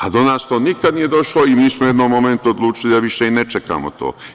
A do nas to nikad nije došlo i mi smo jednog momenta odlučili da više i ne čekamo to.